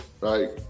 right